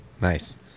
Nice